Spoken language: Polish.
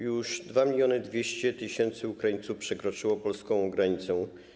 Już 2200 tys. Ukraińców przekroczyło polską granicę.